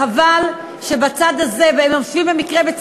חבל שבצד הזה, ובמקרה הם,